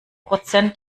prozent